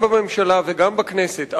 גם בממשלה וגם בכנסת,